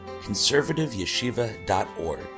conservativeyeshiva.org